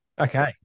Okay